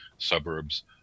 Suburbs